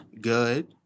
Good